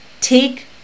Take